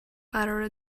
قراره